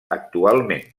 actualment